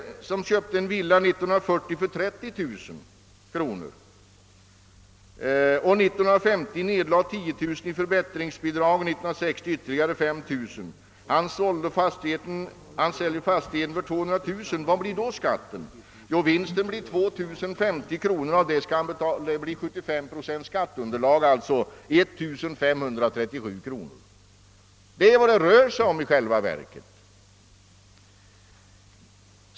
Den som köpte en villa år 1940 för 30 000 kronor och 1950 nedlade 10 000 kronor i förbättringsbidrag på den och år 1960 ytterligare 5 000 kronor, säljer fastigheten för 200 000 kronor. Hur stor blir då skatten? Jo, vinsten blir 2 050 kronor, och av detta belopp är 75 procent skatteunderlag. Den reella vinsten blir således 1537 kronor. Detta är det belopp det rör sig om i själva verket.